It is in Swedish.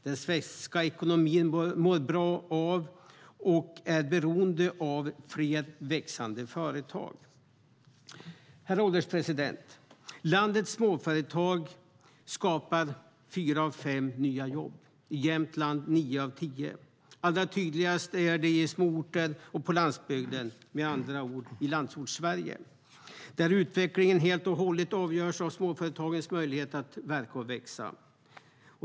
Den svenska ekonomin mår bra av och är beroende av fler och växande företag. Herr ålderspresident! Landets småföretag skapar fyra av fem nya jobb, i Jämtland nio av tio. Allra tydligast är det i småorter och på landsbygd, med andra ord i Landsortssverige, där utvecklingen helt och hållet avgörs av småföretagens möjligheter att verka och växa.